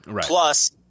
Plus